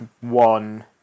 one